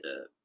up